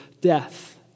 death